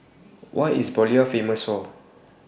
What IS Bolivia Famous For